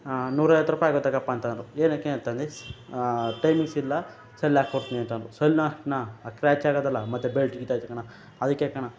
ನೂರೈವತ್ತು ರುಪಾಯಿ ಆಗೊತಗಪ್ಪ ಅಂತಂದರು ಏನಕ್ಕೆ ಅಂತಂದೆ ಸ್ ಟೈಮಿಂಗ್ಸಿಲ್ಲ ಸೆಲ್ಲಾಕ್ಕೊಟ್ನಿ ಅಂತಂದರು ಸೆಲ್ನ ನಾ ಅದು ಸ್ಕ್ರಾಚಾಗದಲ ಮತ್ತು ಬೆಲ್ಟ್ ಕಿತಾಯ್ತು ಕಣ ಅದಕ್ಕೆ ಕಣ